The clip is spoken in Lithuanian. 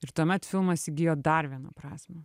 ir tuomet filmas įgijo dar vieną prasmę